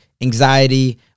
anxiety